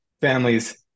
families